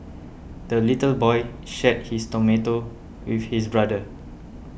the little boy shared his tomato with his brother